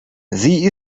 sie